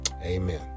Amen